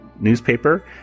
newspaper